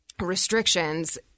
restrictions